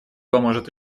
поможет